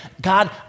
God